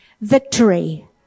victory